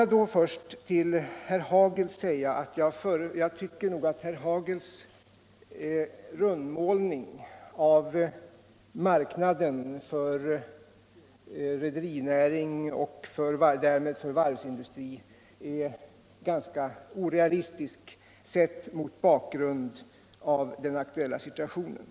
Jag vill till herr Hagel först säga att jag tycker att hans rundmålning av marknaden för rederinäringen och därmed för varvsindustrin är ganska orealistisk mot bakgrund av den aktuella situationen.